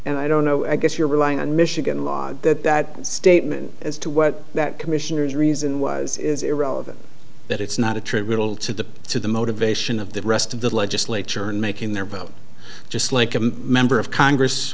and i don't know i guess you're relying on michigan law that that statement as to what that commissioners reason was is irrelevant that it's not attributable to the to the motivation of the rest of the legislature in making their vote just like a member of congress